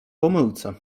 pomyłce